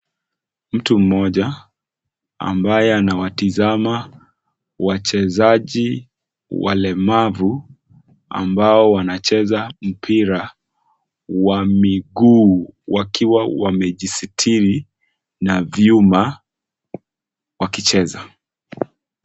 Mtu ambaye mmoja anayewatizama wachezaji walemavu ambao wanacheza mpira wa miguu wakiwa na vyuma Kwa mguu wakicheza.